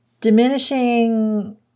diminishing